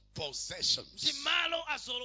possessions